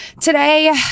Today